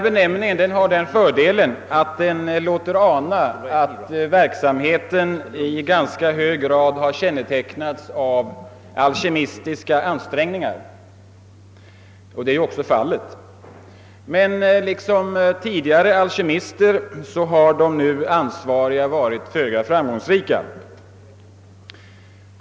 Benämningen har den fördelen att den låter ana att verksamheten i ganska hög grad har kännetecknats av alkemistiska ansträngningar, och detta är också fallet. Men liksom tidigare alkemister har de nu ansvariga varit föga framgångsrika.